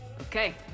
Okay